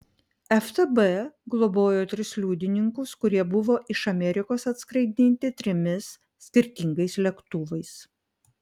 ftb globojo tris liudininkus kurie buvo iš amerikos atskraidinti trimis skirtingais lėktuvais